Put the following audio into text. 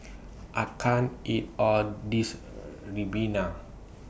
I can't eat All of This Ribena